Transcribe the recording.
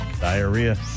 Diarrhea